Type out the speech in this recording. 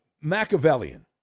Machiavellian